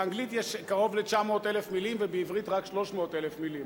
באנגלית יש קרוב ל-900,000 מלים ובעברית רק 300,000 מלים.